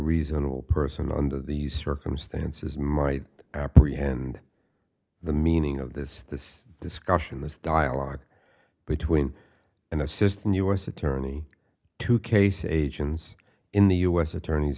reasonable person under these circumstances might apprehend the meaning of this this discussion this dialogue between an assistant u s attorney to case agents in the u s attorney's